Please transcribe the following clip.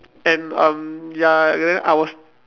and um ya and then I was